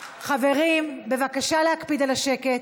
חברים, בבקשה להקפיד על השקט.